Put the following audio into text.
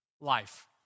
life